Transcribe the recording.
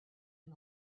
him